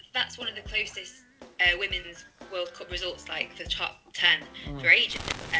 that's one of the closest and women world cup results like for the top ten for ages.